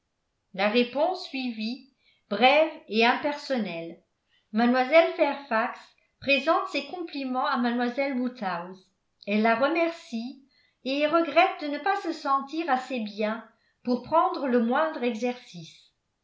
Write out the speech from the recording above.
la réponse suivit brève et impersonnelle mlle fairfax présente ses compliments à mlle woodhouse elle la remercie et regrette de ne pas se sentir assez bien pour prendre le moindre exercice